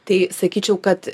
tai sakyčiau kad